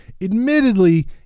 admittedly